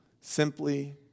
Simply